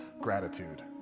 Gratitude